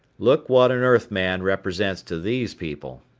look what an earthman represents to these people.